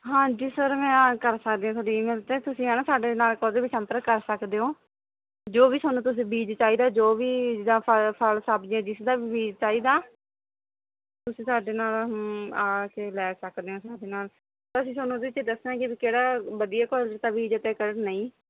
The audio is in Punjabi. ਹਾਂਜੀ ਸਰ ਮੈਂ ਆ ਕਰ ਸਕਦੀ ਆ ਥੋਡੀ ਈਮੇਲ ਤੇ ਤੁਸੀਂ ਹਨਾ ਸਾਡੇ ਨਾਲ ਕੁਝ ਵੀ ਸੰਪਰਕ ਕਰ ਸਕਦੇ ਹੋ ਜੋ ਵੀ ਤੁਹਾਨੂੰ ਤੁਸੀਂ ਬੀਜ ਚਾਹੀਦਾ ਜੋ ਵੀ ਜਿਦਾਂ ਫਲ ਫਲ ਸਬਜ਼ੀਆਂ ਜਿਸਦਾ ਵੀ ਚਾਹੀਦਾ ਤੁਸੀਂ ਸਾਡੇ ਨਾਲ ਆ ਕੇ ਲੈ ਸਕਦੇ ਹੋ ਸਾਡੇ ਨਾਲ ਅਸੀਂ ਤੁਹਾਨੂੰ ਉਹਦੇ ਵਿੱਚ ਦੱਸਾਗੇ ਵੀ ਕਿਹੜਾ ਵਧੀਆ ਕੁਆਲਟੀ ਦਾ ਬੀਜ ਆ ਤੇ ਕਿਹੜਾ ਨਹੀਂ